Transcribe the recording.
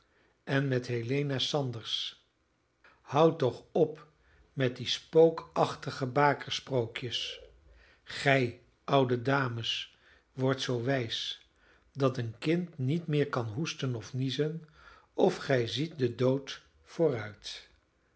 en met helena sanders houd toch op met die spookachtige bakersprookjes gij oude dames wordt zoo wijs dat een kind niet meer kan hoesten of niezen of gij ziet den dood vooruit